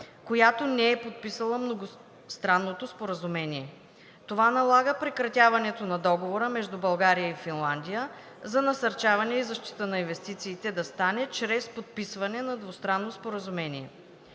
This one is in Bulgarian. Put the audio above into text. която не е подписала Многостранното споразумение. Това налага прекратяването на Договора между България и Финландия за насърчаване и защита на инвестициите да стане чрез подписването на Двустранно споразумение.